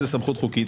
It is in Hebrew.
אין לזה סמכות חוקית,